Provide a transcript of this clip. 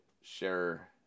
share